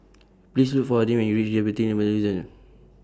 Please Look For Adin when YOU REACH Diabetes and Metabolism